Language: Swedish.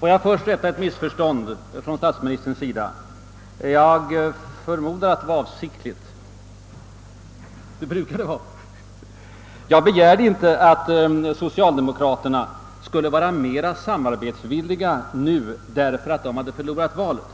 Får jag först rätta ett missförstånd från statsministerns sida — jag förmodar det var avsiktligt; det brukar vara så. Jag begärde inte att socialdemokraterna skulle vara mer samarbetsvilliga nu därför att de förlorat valet.